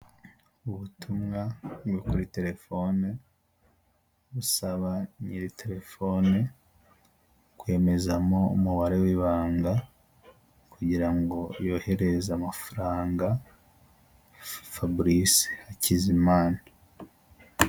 Ubutumwa bwo kuri telefone busaba nyiri telefone kwemezamo umubare w'ibanga kugira ngo yoherereze amafaranga Fabrice Hakizimana.